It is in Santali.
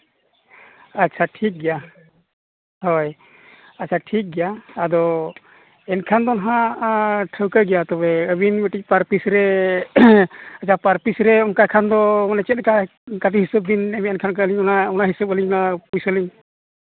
ᱟᱪᱪᱷᱟ ᱴᱷᱤᱠ ᱜᱮᱭᱟ ᱦᱳᱭ ᱟᱪᱪᱷᱟ ᱴᱷᱤᱠ ᱜᱮᱭᱟ ᱟᱫᱚ ᱮᱱᱠᱷᱟᱱ ᱫᱚ ᱦᱟᱸᱜ ᱴᱷᱟᱹᱶᱠᱟᱹ ᱜᱮᱭᱟ ᱟᱹᱵᱤᱱ ᱠᱟᱹᱴᱤᱡ ᱵᱟᱨ ᱯᱤᱥ ᱨᱮ ᱵᱟᱨ ᱯᱤᱥ ᱨᱮ ᱚᱱᱠᱟ ᱠᱷᱟᱱ ᱫᱚ ᱢᱟᱱᱮ ᱪᱮᱫ ᱞᱮᱠᱟ ᱚᱱᱠᱟ ᱦᱤᱥᱟᱹᱵᱽ ᱵᱤᱱ ᱚᱱᱟ ᱦᱤᱥᱟᱹᱵᱽ ᱟᱹᱞᱤᱧ ᱢᱟ ᱯᱩᱭᱥᱟᱹ ᱞᱤᱧ